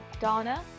Donna